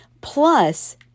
Plus